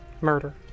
murder